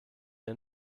mir